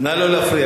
נא לא להפריע.